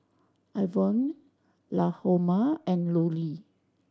Ivonne Lahoma and Lulie